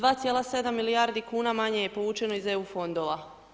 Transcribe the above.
2,7 milijarde kuna manje je povučeno iz EU fondova.